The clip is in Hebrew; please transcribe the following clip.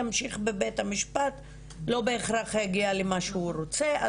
ימשיך בהליך בבית המשפט הוא לא בהכרח יגיע למה שהוא רוצה,